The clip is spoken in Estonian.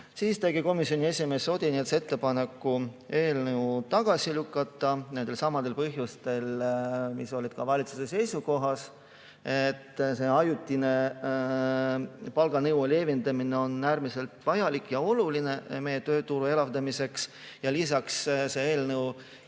tegi komisjoni esimees Odinets ettepaneku eelnõu tagasi lükata nendelsamadel põhjustel, mis olid ka valitsuse seisukohad: ajutine palganõude leevendamine on äärmiselt vajalik ja oluline meie tööturu elavdamiseks ning see eelnõu